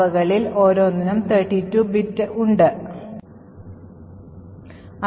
അവകളിൽ ഓരോന്നും 32 ബിറ്റ് ആണ്